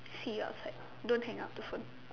see you outside don't hang up the phone